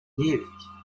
девять